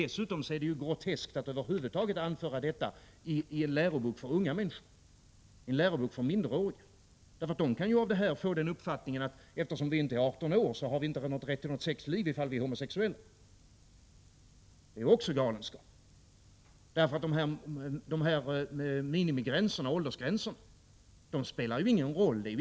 Dessutom är det groteskt att över huvud taget anföra detta i en lärobok för unga människor, för minderåriga. De kan ju av detta få uppfattningen att de eftersom de inte är 18 år inte har rätt till något sexliv ifall de är homosexuella. Minimiåldersgränsen har ju ingen betydelse.